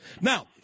Now